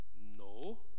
No